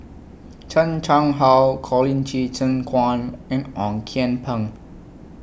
Chan Chang How Colin Qi Zhe Quan and Ong Kian Peng